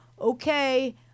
okay